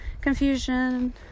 confusion